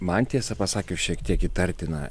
man tiesą pasakius šiek tiek įtartina